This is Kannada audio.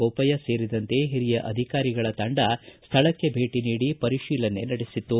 ಬೋಪಯ್ಯ ಸೇರಿದಂತೆ ಹಿರಿಯ ಅಧಿಕಾರಿಗಳ ತಂಡ ಸ್ವಳಕ್ಕೆ ಭೇಟಿ ನೀಡಿ ಪರಿಶೀಲನೆ ನಡೆಸಿತು